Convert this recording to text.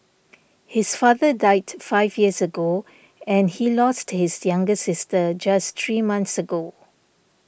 his father died five years ago and he lost his younger sister just three months ago